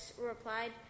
replied